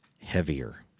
heavier